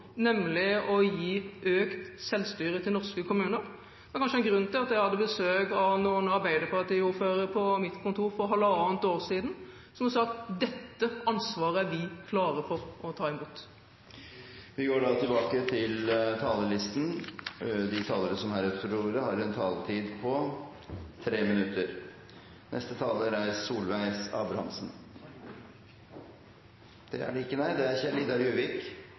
nemlig å gi økt selvstyre til norske kommuner. Det er kanskje en grunn til at jeg hadde besøk av noen arbeiderpartiordførere på mitt kontor for halvannet år siden, som sa at dette ansvaret var de klare for å ta imot. Replikkordskiftet er omme. De talere som heretter får ordet, har en taletid på inntil 3 minutter. Etter temperaturen og ordbruken i denne saken, skulle man tro det